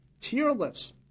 tearless